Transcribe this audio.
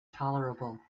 tolerable